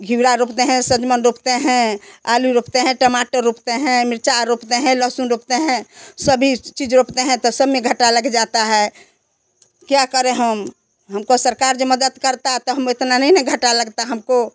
कीड़ा रोकते हैं साग मान रोकते हैं आलू रोकते हैं टमाटर रोकते हैं मिर्च रोकते हैं लहसुन रोकते हैं सभी चीज रोकते हैं तो सब में घाटा लग जाता हैं क्या करें हम हमको जो सरकार मदद करता तो हमें इतना नहीं ना घाटा लगता हमको